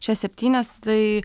šias septynias tai